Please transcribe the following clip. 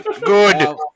Good